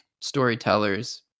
storytellers